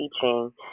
teaching